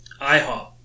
IHOP